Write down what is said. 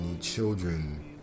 children